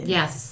Yes